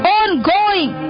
ongoing